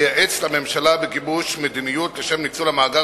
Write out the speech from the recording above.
הוא לייעץ לממשלה בגיבוש מדיניות לשם ניצול המאגר